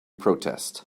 protest